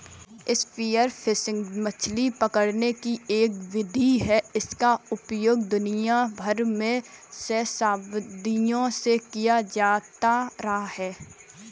spear fishing मछली पकड़ने की एक विधि है जिसका उपयोग दुनिया भर में सहस्राब्दियों से किया जाता रहा है